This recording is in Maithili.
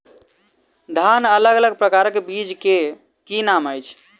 धान अलग अलग प्रकारक बीज केँ की नाम अछि?